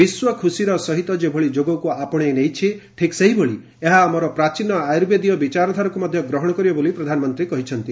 ବିଶ୍ୱ ଖୁସିର ସହିତ ଯେଭଳି ଯୋଗକୁ ଆପଶେଇ ନେଇଛି ଠିକ୍ ସେହିଭଳି ଏହା ଆମର ପ୍ରାଚୀନ ଆୟୁର୍ବେଦୀୟ ବିଚାରଧାରାକୁ ମଧ୍ୟ ଗ୍ରହଣ କରିବ ବୋଲି ପ୍ରଧାନମନ୍ତ୍ରୀ କହିଛନ୍ତି